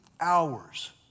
hours